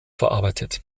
verarbeitet